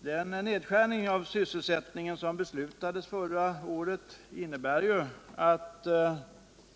Den nedskärning av sysselsättningen som beslutades förra året innebär att